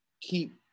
keep